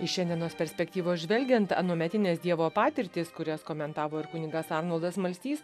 iš šiandienos perspektyvos žvelgiant anuometinės dievo patirtys kurias komentavo ir kunigas arnoldas smalstys